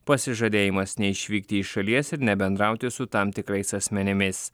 pasižadėjimas neišvykti iš šalies ir nebendrauti su tam tikrais asmenimis